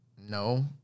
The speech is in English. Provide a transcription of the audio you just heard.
no